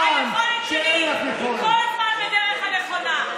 היכולת שלי היא כל הזמן בדרך הנכונה,